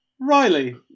Riley